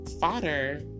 fodder